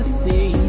see